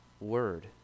word